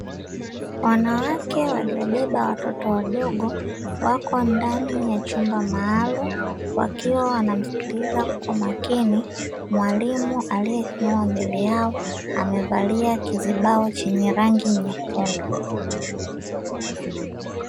Wanawake waliobeba watoto wadogo wako ndani ya chumba maalumu wakiwa wanamsikiliza kwa makini mwalimu aliyesimama mbele yao, amevalia kizibao chenye rangi nyekundu.